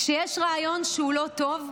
כשיש רעיון שהוא לא טוב,